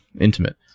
intimate